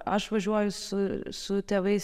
aš važiuoju su su tėvais